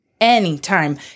Anytime